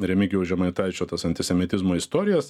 remigijaus žemaitaičio tos antisemitizmo istorijos